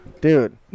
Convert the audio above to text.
Dude